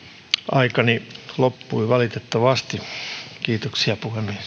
aikani loppui valitettavasti kiitoksia